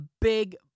big